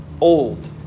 old